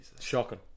Shocking